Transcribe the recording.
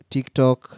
TikTok